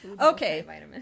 Okay